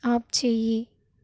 ఆపుచేయి